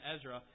Ezra